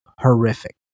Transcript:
horrific